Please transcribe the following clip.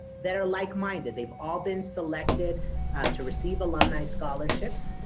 that are like-minded. they've all been selected to receive alumni scholarships.